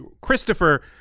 Christopher